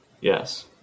Yes